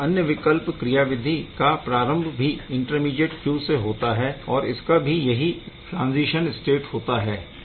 यहाँ अन्य विकल्प क्रियाविधि का प्रारम्भ भी इंटरमीडीएट Q से होता है और इसका भी यही ट्राज़ीशन स्टेट होता है